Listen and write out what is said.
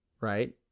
right